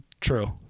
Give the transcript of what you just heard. True